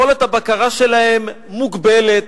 יכולת הבקרה שלהם מוגבלת.